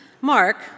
Mark